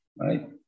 Right